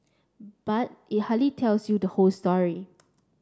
but it hardly tells you the whole story